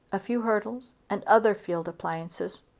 a few hurdles, and other field appliances,